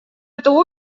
это